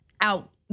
out